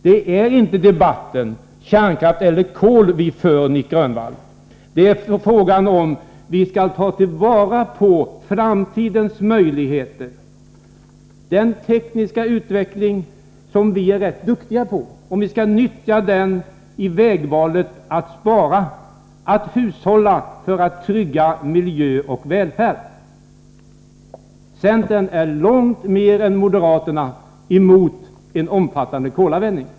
Det är inte en debatt om kärnkraft eller kol vi för, Nic Grönvall. Det är fråga om huruvida vi skall ta vara på framtidens möjligheter, den tekniska utveckling som vi är rätt duktiga på. Skall vi inte nyttja den när vi väljer vägen att spara och hushålla för att trygga miljö och välfärd? Centern är långt mera än moderaterna emot en omfattande kolanvändning.